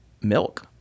milk